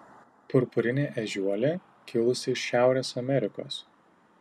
purpurinė ežiuolė kilusi iš šiaurės amerikos